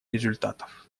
результатов